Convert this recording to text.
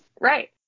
right